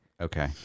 Okay